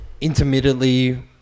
intermittently